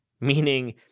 meaning